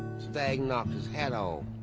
stagg knocked his hat off.